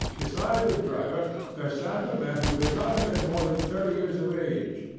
beside the driver there sat a man who could not have been more than thirty years of age,